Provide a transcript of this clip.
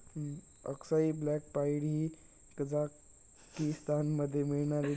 अक्साई black pied ही कझाकीस्तानमध्ये मिळणारी डुकराची जात आसा